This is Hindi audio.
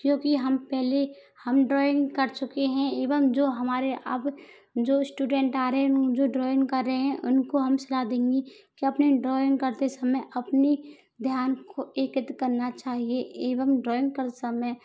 क्योंकि हम पहले हम ड्राइंग कर चुके हैं एवं जो हमारे अब जो श्टुडेंट आ रहे हैं जो ड्राइंग कर रहे हैं उनको हम सलाह देंगे कि अपने ड्राइंग करते समय अपनी ध्यान को एकत्र करना चाहिए एवं ड्राइंग का समय